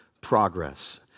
progress